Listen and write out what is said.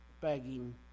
begging